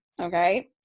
Okay